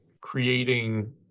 creating